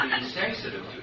insensitive